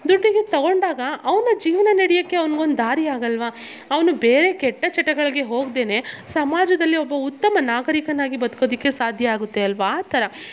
ದುಡ್ಡಿಗೆ ತೊಗೊಂಡಾಗ ಅವನ ಜೀವನ ನಡೆಯಕ್ಕೆ ಅವ್ನ್ಗೊಂದು ದಾರಿ ಆಗಲ್ಲವ ಅವನು ಬೇರೆ ಕೆಟ್ಟ ಚಟಗಳಿಗೆ ಹೋಗ್ದೆ ಸಮಾಜದಲ್ಲಿ ಒಬ್ಬ ಉತ್ತಮ ನಾಗರೀಕನಾಗಿ ಬದುಕೊದಿಕ್ಕೆ ಸಾಧ್ಯ ಆಗುತ್ತೆ ಅಲ್ಲವ ಆ ಥರ